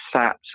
sat